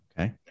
Okay